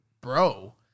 bro